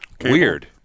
Weird